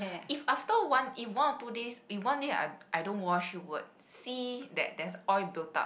if after one if one or two days if one day I I don't wash you would see that there's oil built up